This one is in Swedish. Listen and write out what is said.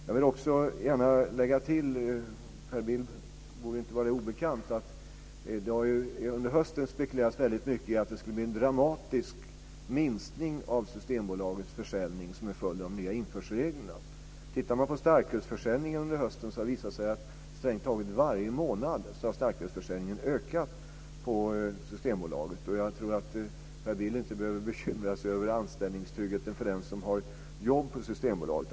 Jag vill också lägga till att det inte borde vara obekant för Per Bill att det redan i höstas spekulerades väldigt mycket att det skulle bli en dramatisk minskning av Systembolagets försäljning som en följd av de nya införselreglerna. Starkölsförsäljningen har ökat på Systembolaget strängt taget varje månad under hösten. Jag tror inte att Per Bill behöver bekymra sig för anställningstryggheten för den som har jobb på Systembolaget.